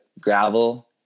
gravel